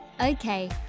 Okay